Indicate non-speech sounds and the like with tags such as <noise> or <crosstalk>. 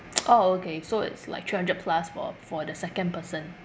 <noise> orh okay so it's like three hundred plus for for the second person